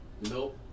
Nope